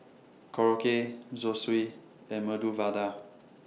Korokke Zosui and Medu Vada